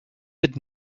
had